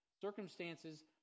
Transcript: circumstances